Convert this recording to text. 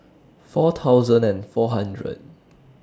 four thousand and four hundred